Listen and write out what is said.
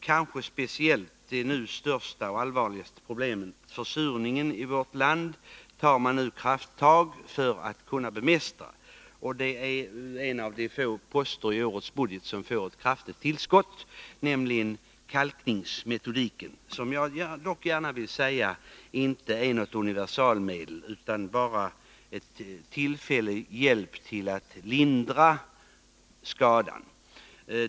Kanske speciellt när det gäller det nu största och allvarligaste problemet, nämligen försurningen i vårt land, tar man krafttag för att kunna bemästra det. En av de få poster i årets budget som får ett kraftigt tillskott gäller kalkningsmetodiken. Jag vill dock säga att kalkning inte är något universalmedel, utan är bara en tillfällig hjälp för att lindra skadan.